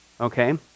okay